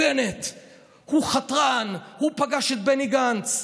בנט הוא חתרן, הוא פגש את בני גנץ.